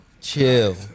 Chill